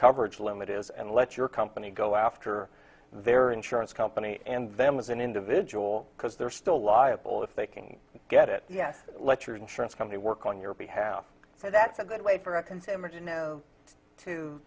coverage limit is and let your company go after their insurance company and them as an individual because they're still liable if they can get it yes let your insurance company work on your behalf so that's a good way for